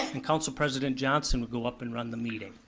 and council president johnson would go up and run the meeting.